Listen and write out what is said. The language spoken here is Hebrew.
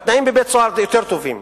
התנאים בבית-סוהר יותר טובים,